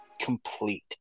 complete